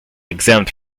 exempt